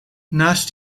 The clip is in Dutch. naast